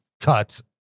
cuts